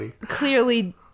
clearly